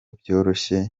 byoroshye